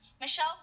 Michelle